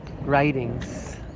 writings